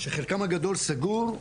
שחלקם הגדול סגור,